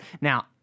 Now